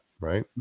Right